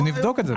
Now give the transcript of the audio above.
נבדוק את זה.